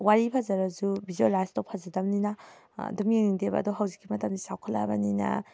ꯋꯥꯔꯤ ꯐꯖꯔꯁꯨ ꯕꯤꯖꯨꯋꯦꯂꯥꯏꯁꯇꯣ ꯐꯖꯗꯕꯅꯤꯅ ꯑꯗꯨꯝ ꯌꯦꯡꯅꯤꯡꯗꯦꯕ ꯑꯗꯣ ꯍꯧꯖꯤꯛꯀꯤ ꯃꯇꯝꯗꯤ ꯆꯥꯎꯈꯠꯂꯛꯂꯕꯅꯤꯅ